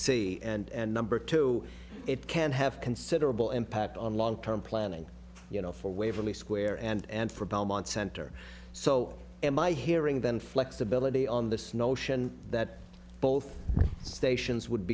see and number two it can have considerable impact on long term planning you know for waverley square and for belmont center so am i hearing then flexibility on this notion that both stations would